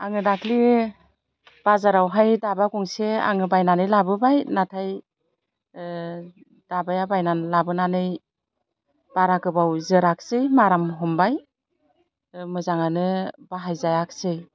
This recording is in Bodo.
आं दाखालि बाजारावहाय दाबा गंसे आङो बायनानै लाबोबाय नाथाय दाबाया बायना लाबोनानै बारा गोबाव जोराखैसै माराम हमबाय मोजाङानो बाहाय जायाखैसै